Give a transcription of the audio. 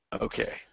Okay